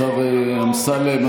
השר אמסלם,